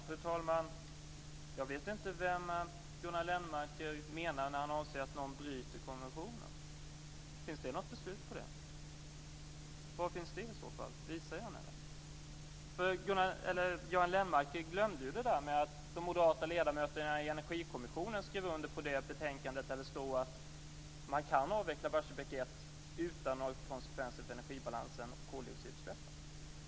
Fru talman! Jag vet inte vem Göran Lennmarker menar när han säger att någon bryter mot konventionen. Finns det något beslut på det? Var finns det i så fall? Visa det gärna. Göran Lennmarker glömde ju det där att de moderata ledamöterna i Energikommissionen skrev under i det betänkande där det står att man kan avveckla Barsebäck 1 utan några konsekvenser för energibalansen och koldioxidutsläppen.